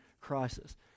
crisis